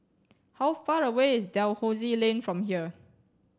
how far away is Dalhousie Lane from here